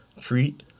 treat